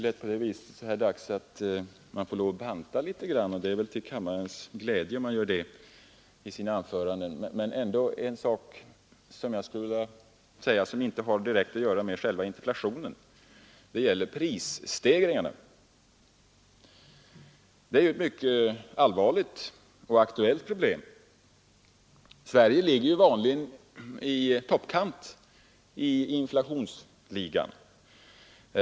Så här dags får man banta sitt anförande litet och det är nog till kammarens glädje. Men det är en sak som jag skulle vilja ha sagt som inte hör till själva interpellationen. Det gäller prisstegringarna. Det är ett mycket allvarligt aktuellt problem. Sverige ligger vanligen på toppen i inflationsligan.